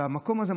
והמקום הזה,